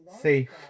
safe